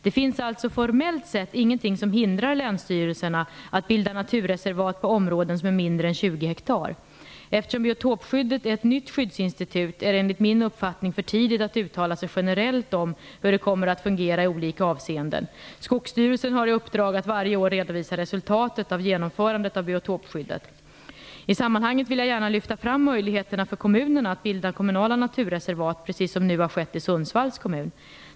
Det finns alltså formellt sett ingenting som hindrar länsstyrelserna från att bilda naturreservat på områden som är mindre än 20 hektar. Eftersom biotopskyddet är ett nytt skyddsinstitut är det enligt min uppfattning för tidigt att uttala sig generellt om hur det kommer att fungera i olika avseenden. Skogsstyrelsen har i uppdrag att varje år redovisa resultatet av genomförandet av biotopskyddet. I sammanhanget vill jag gärna lyfta fram möjligheterna för kommunerna att bilda kommunala naturreservat, precis som nu har skett i Sundsvalls kommun.